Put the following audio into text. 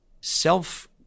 self